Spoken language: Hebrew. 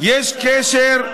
יש קשר,